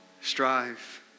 strive